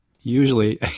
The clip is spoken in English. Usually